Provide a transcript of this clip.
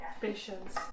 patience